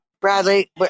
Bradley